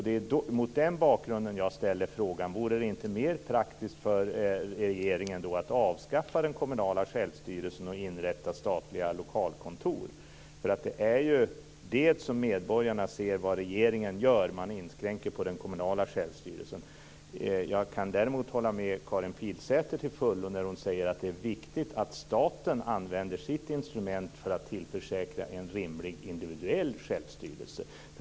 Det är mot den bakgrunden jag ställer frågan: Vore det inte mer praktiskt för regeringen att avskaffa den kommunala självstyrelsen och inrätta statliga lokalkontor? Det är ju det som medborgarna ser att regeringen gör: Man inskränker den kommunala självstyrelsen. Jag kan däremot till fullo hålla med Karin Pilsäter när hon säger att det är viktigt att staten använder sitt instrument för att tillförsäkra en rimlig individuell självstyrelse.